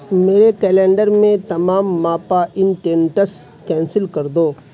میرے کیلنڈر میں تمام کینسل کر دو